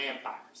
vampires